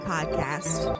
Podcast